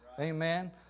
Amen